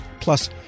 Plus